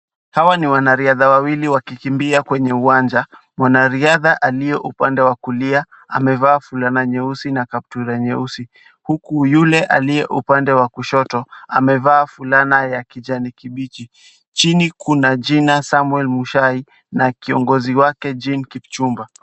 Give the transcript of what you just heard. Hawa ni wanariadha wawili wakikimbia kwenye uwanja. Mwanariadha aliye upande wa kulia amevaa fulana nyeusi na kaptura nyeusi huku yule aliye upande wa kushoto amevaa fulana ya kijani kibichi. Chini kuna jina Samuel Muchai na kiongozi wake Jean Kipchumba.